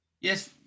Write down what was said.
yes